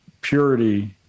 purity